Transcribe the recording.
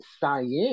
Science